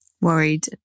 worried